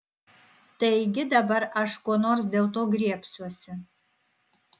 taigi dabar aš ko nors dėl to griebsiuosi